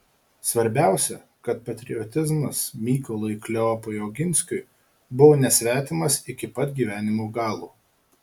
svarbiausia kad patriotizmas mykolui kleopui oginskiui buvo nesvetimas iki pat gyvenimo galo